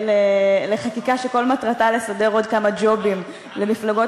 לחקיקה שכל מטרתה לסדר עוד כמה ג'ובים למפלגות